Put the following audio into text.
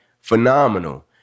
phenomenal